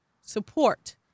support